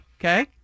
okay